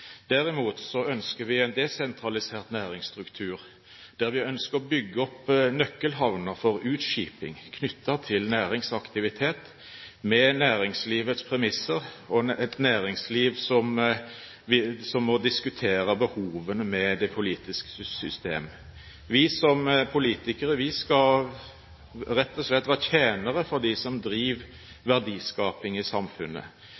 Derimot ønsker vi en desentralisert næringsstruktur, der vi ønsker å bygge opp nøkkelhavner for utskiping knyttet til næringsaktivitet, med næringslivets premisser, og et næringsliv som også diskuterer behovene med det politiske system. Vi som politikere skal rett og slett være tjenere for dem som driver verdiskaping i samfunnet.